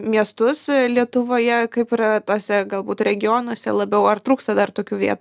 miestus lietuvoje kaip yra tuose galbūt regionuose labiau ar trūksta dar tokių vietų